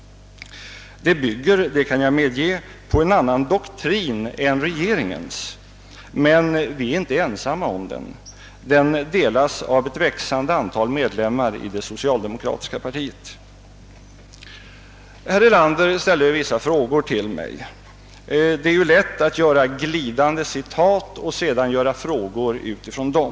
Detta yrkande bygger på en annan doktrin än regeringens — det kan jag medge — men vi är inte ensamma om den. Den delas av ett växande antal medlemmar i det socialdemokratiska partiet. Herr Erlander ställde vissa frågor till mig. Det är lätt att göra glidande citat och sedan ställa frågor utifrån dem.